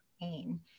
pain